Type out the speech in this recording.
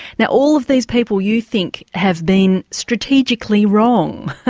now all of these people you think have been strategically wrong,